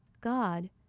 God